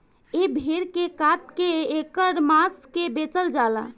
ए भेड़ के काट के ऐकर मांस के बेचल जाला